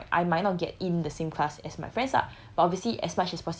so the thing is even though what I write say now right I might not get in the same class as my friends lah